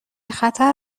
خطر